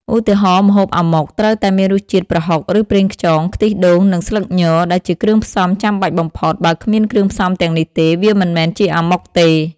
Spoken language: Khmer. ឧទាហរណ៍ ម្ហូប អាម៉ុក ត្រូវតែមានរសជាតិប្រហុក ឬប្រេងខ្យង ខ្ទិះដូង និងស្លឹកញ ដែលជាគ្រឿងផ្សំចាំបាច់បំផុត បើគ្មានគ្រឿងផ្សំទាំងនេះទេ វាមិនមែនជាអាម៉ុកទេ។